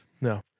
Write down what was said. No